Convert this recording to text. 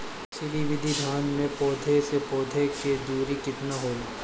श्री विधि धान में पौधे से पौधे के दुरी केतना होला?